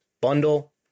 bundle